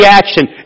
action